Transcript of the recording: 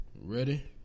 Ready